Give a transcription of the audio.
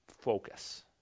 focus